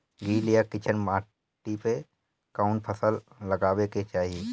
गील या चिकन माटी पर कउन फसल लगावे के चाही?